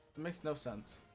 it makes no sense